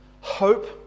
hope